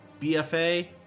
BFA